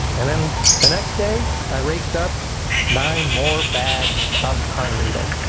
and then the next day i raked up nine more bags of pine needles.